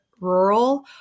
Rural